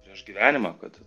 prieš gyvenimą kad